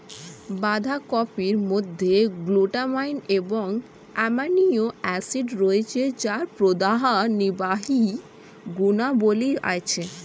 বাঁধাকপির মধ্যে গ্লুটামাইন এবং অ্যামাইনো অ্যাসিড রয়েছে যার প্রদাহনির্বাহী গুণাবলী আছে